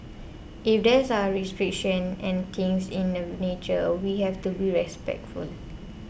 if there is a restrictions and things in the nature we have to be respectful it